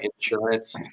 Insurance